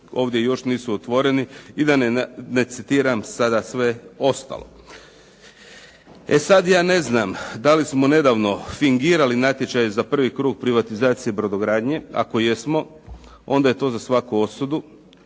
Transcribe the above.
ovdje još nisu otvoreni i da ne citiram sada sve ostalo. E sad ja ne znam da li smo nedavno fingirali natječaj za prvi krug privatizacije brodogradnje. Ako jesmo, onda je to za svaku osudu,